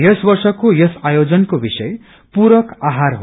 यस वर्षको यस आयोजनको विषय प्ररक आहार हो